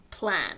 plan